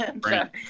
right